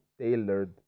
tailored